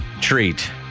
treat